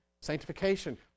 sanctification